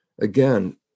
again